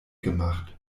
gemacht